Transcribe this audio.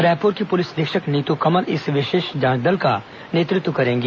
रायपुर की पुलिस अधीक्षक नीतू कमल इस विशेष जांच दल का नेतृत्व करेंगी